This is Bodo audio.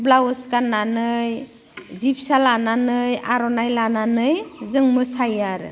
ब्लाउस गाननानै जि फिसा लानानै आर'नाइ लानानै जों मोसायो आरो